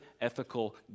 ethical